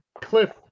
cliff